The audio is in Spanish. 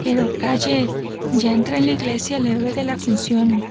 pero calle ya entra en la iglesia el héroe de la función